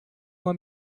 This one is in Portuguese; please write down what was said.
uma